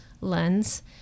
lens